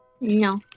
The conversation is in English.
No